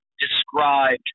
described